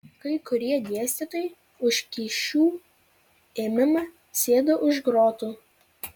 kai kurie dėstytojai už kyšių ėmimą sėdo už grotų